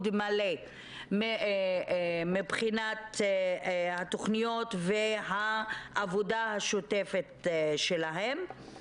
מלא מבחינת התכניות והעבודה השוטפת שלהם?